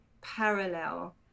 parallel